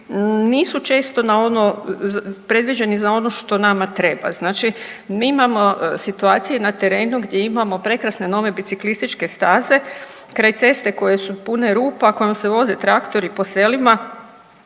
nisu često na ono, predviđeni za ono što nama treba. Znači mi imamo situacije na terenu gdje imamo prekrasne nove biciklističke staze kraj cesta koje su pune rupa, kojom se voze traktori po selima